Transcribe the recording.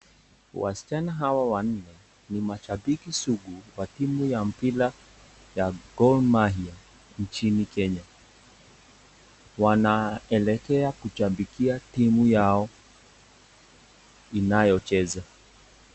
Wasichana hawa wanne ni mashabiki zuku wa timu ya mpira ya Gor Mahia nchini Kenya. Wanaelekea kushabikia timu yao inayocheza.